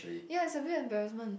ya it's a weird embarrassment